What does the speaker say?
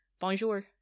Bonjour